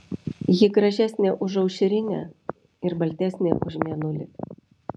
ji gražesnė už aušrinę ir baltesnė už mėnulį